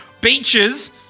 Beaches